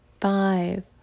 five